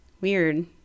Weird